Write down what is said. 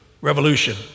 revolution